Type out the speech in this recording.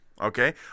Okay